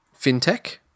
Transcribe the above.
fintech